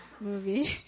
movie